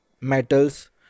metals